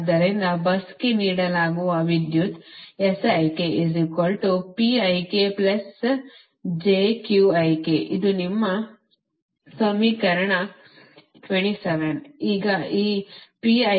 ಆದ್ದರಿಂದ busಗೆ ನೀಡಲಾಗುವ ವಿದ್ಯುತ್ ಇದು ನಿಮ್ಮ ಸಮೀಕರಣ 27